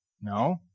No